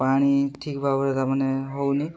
ପାଣି ଠିକ୍ ଭାବରେ ତା'ମାନେ ହେଉନି